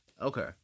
Okay